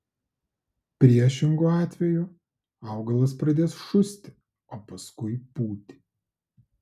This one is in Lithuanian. priešingu atveju augalas pradės šusti o paskui pūti